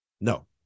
No